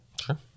Sure